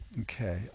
Okay